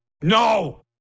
no